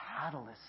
catalyst